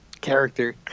character